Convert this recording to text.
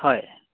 হয়